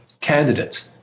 candidates